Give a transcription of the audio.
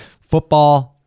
football